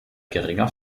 geringer